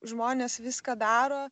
žmonės viską daro